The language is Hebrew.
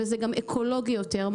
וזה גם אקולוגי יותר,